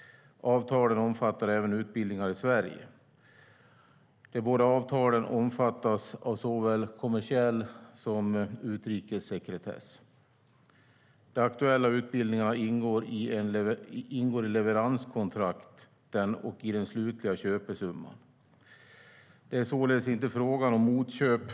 Avtalen omfattade även utbildningar i Sverige. De båda avtalen omfattas av såväl kommersiell sekretess som utrikessekretess. De aktuella utbildningarna ingår i leveranskontrakten och i den slutliga köpesumman. Det är således inte fråga om motköp.